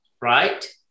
right